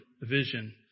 vision